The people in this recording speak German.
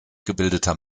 gebildeter